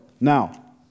Now